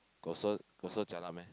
got so got so jialat meh